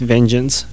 Vengeance